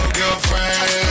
girlfriend